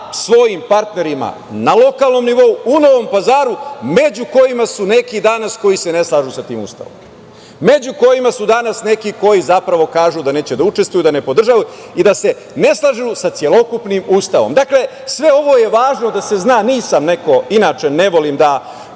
svojim partnerima, na lokalnom nivou u Novom Pazaru, među kojima su neki danas, koji se ne slažu sa tim Ustavom, među kojima su danas neki koji zapravo kažu da neće da učestvuju, da ne podržavaju, i da se ne slažu sa celokupnim Ustavom. Dakle, sve ovo je važno da se zna. Ne volim da